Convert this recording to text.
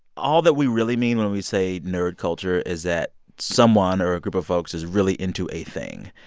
all that we really mean when we say nerd culture is that someone or a group of folks is really into a thing.